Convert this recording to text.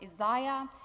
Isaiah